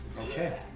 Okay